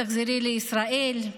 תחזרי לישראל.